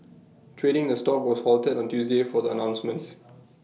trading the stock was halted on Tuesday for the announcements